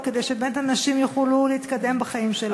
כדי שבאמת אנשים יוכלו להתקדם בחיים שלהם.